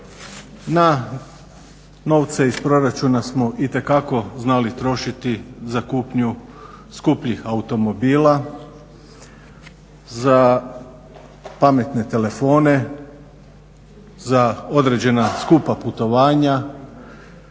na novce iz proračuna smo itekako znali trošiti za kupnju skupljih automobila, za pametne telefone, za određena skupa putovanja.